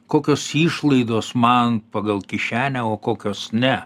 kokios išlaidos man pagal kišenę o kokios ne